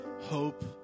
hope